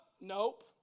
Nope